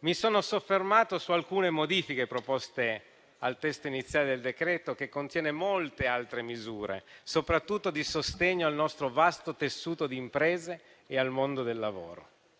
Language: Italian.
Mi sono soffermato su alcune modifiche proposte al testo iniziale del decreto-legge, che contiene molte altre misure, soprattutto di sostegno al nostro vasto tessuto di imprese e al mondo del lavoro.